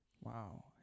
Wow